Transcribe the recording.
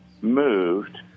moved